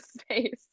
space